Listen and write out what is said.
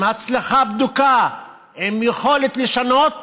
עם הצלחה בדוקה, עם יכולת לשנות,